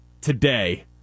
today